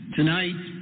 tonight